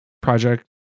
project